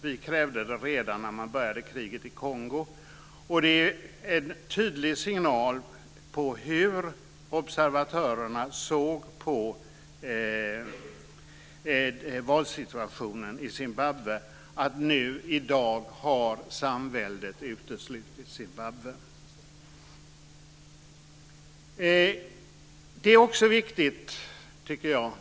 Vi krävde det redan när man började kriget i Kongo, och det är en tydlig signal om hur observatörerna såg på valsituationen i Zimbabwe att Samväldet nu i dag har uteslutit Zimbabwe.